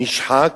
נשחקת,